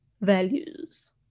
values